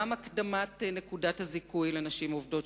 גם הקדמת נקודת הזיכוי לנשים עובדות,